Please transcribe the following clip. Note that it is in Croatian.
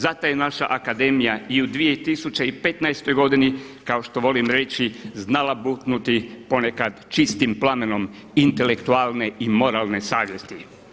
Zato je naša Akademija i u 2015. godini kao što volim reći znala buknuti ponekad čistim plamenom intelektualne i moralne savjesti.